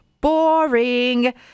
boring